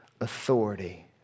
authority